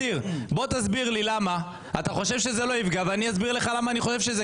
בוא תסביר לי למה אתה חושב שזה לא יפגע ואני אסביר לך למה אני חושב שזה